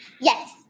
Yes